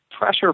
pressure